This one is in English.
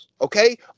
okay